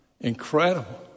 Incredible